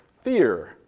fear